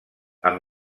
amb